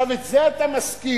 את זה אתה משכיר